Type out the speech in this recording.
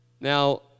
Now